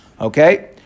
Okay